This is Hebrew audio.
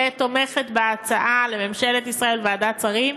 שתומכת בהצעה, לממשלת ישראל ולוועדת השרים,